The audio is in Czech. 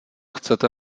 chcete